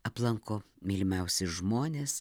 aplanko mylimiausi žmonės